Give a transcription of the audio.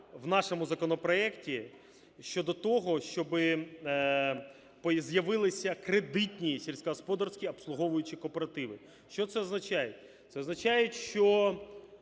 в нашому законопроекті щодо того, щоб з'явилися кредитні сільськогосподарські обслуговуючі кооперативи. Що це означає? Це означає, що